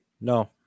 No